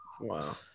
Wow